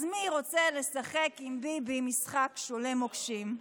אז מי רוצה לשחק עם ביבי משחק "שולה המוקשים"?